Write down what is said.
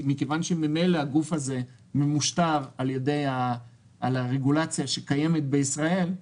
מכיוון שממילא הגוף הזה ממושטר על הרגולציה שקיימת בישראל,